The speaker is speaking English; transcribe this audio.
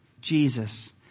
Jesus